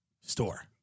store